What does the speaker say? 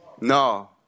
No